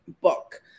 book